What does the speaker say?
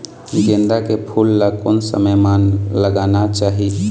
गेंदा के फूल ला कोन समय मा लगाना चाही?